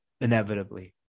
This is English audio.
inevitably